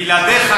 בלעדיך,